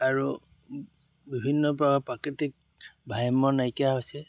আৰু বিভিন্নভাৱে প্ৰাকৃতিক ভাৰসাম্য নাইকিয়া হৈছে